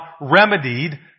remedied